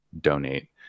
donate